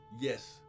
yes